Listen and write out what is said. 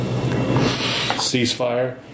ceasefire